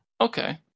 Okay